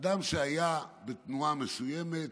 אדם שהיה בתנועה מסוימת,